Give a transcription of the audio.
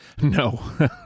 No